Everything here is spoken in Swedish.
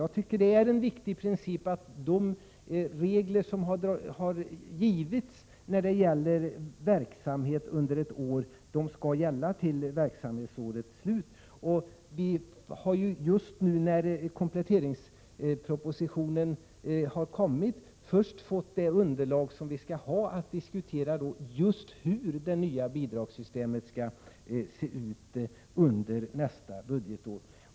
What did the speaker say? Jag tycker det är en viktig princip att de regler som har givits när det gäller verksamhet under ett år också skall gälla till verksamhetsårets slut. Vi har först nu, när kompletteringspropositionen har kommit, fått det underlag som vi skall ha för att diskutera hur det nya bidragssystemet skall se ut under nästa budgetår.